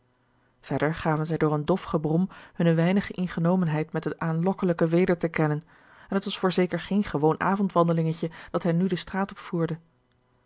gaven zij door een dof gebrom hunne weinige ingenomenheid met het aanlokkelijk weder te kennen en het was voorzeker geen gewoon avondwandelingetje dat hen nu de straat opvoerde